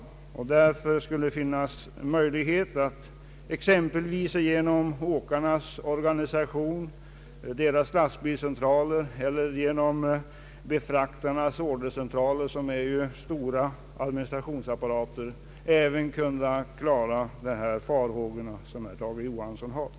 Det borde finnas möjligheter att exempelvis genom åkarnas organisation, deras lastbilscentraler eller befraktarnas ordercentraler, som ju är stora administrationsapparater, kunna undanröja de farhågor som herr Tage Johansson hyser.